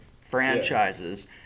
franchises